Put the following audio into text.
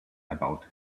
about